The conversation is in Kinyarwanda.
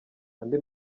andi